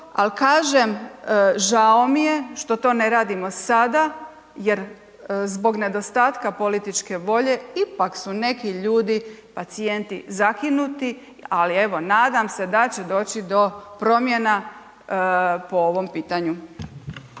ali kažem žao mi je što to ne radimo sada jer zbog nedostatka političke volje ipak su neki ljudi pacijenti zakinuti, ali evo nadam se da će doći do promjena po ovom pitanju.